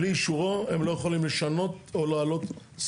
בלי אישורו הם לא יכולים לשנות או לעלות סכום של עמלה.